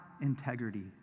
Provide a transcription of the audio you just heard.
integrity